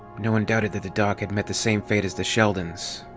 no one doubted that the do had met the same fate as the sheldons.